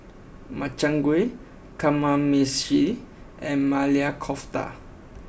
Makchang Gui Kamameshi and Maili Kofta